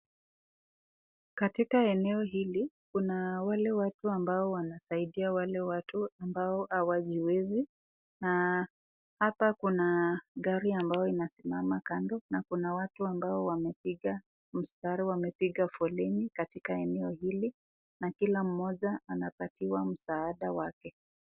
Katika eneo hili kuna wale watu ambao wanasaidia wale watu ambao hawajiwezi na hapo kuna gari ambalo inasimama kando na kuna watu ambao wamepiga mstari wanapiga foleni na kila mmoja anapatiwa msaada wake.